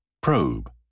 Probe